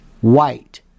White